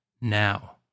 now